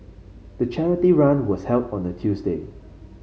the charity run was held on a Tuesday